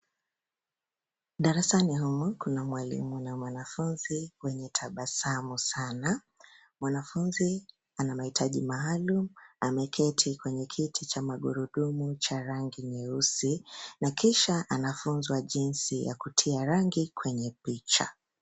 Darasani humu kuna mwalimu na mwanafunzi wenye tabasamu sana. Mwanafunzi ana mahitaji maalum, ameketi kwenye kiti cha magurudumu cha rangi nyeusi, na kisha anafunzwa jinsi ya kutia rangi kwenye picha.